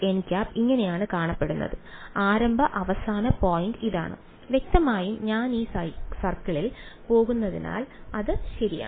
nˆ ഇങ്ങനെയാണ് കാണപ്പെടുന്നത് ആരംഭ അവസാന പോയിന്റ് ഇതാണ് വ്യക്തമായും ഞാൻ ഒരു സർക്കിളിൽ പോകുന്നതിനാൽ അത് ശരിയാണ്